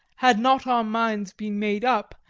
had not our minds been made up,